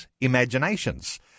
imaginations